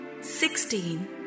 sixteen